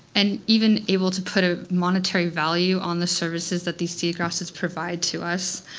and even able to put a monetary value on the services that these seagrasses provide to us.